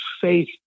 faith